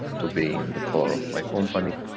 to be in the color of my company,